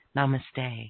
Namaste